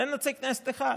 אין נציג כנסת אחד,